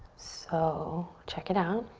so check it out.